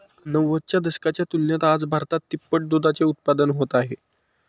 नव्वदच्या दशकाच्या तुलनेत आज भारतात तिप्पट दुधाचे उत्पादन होत आहे